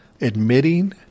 admitting